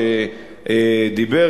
שדיבר,